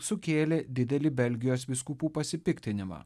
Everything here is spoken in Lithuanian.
sukėlė didelį belgijos vyskupų pasipiktinimą